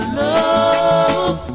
love